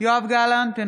יואב גלנט,